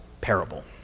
parable